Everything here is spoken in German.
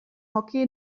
hockey